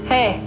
Hey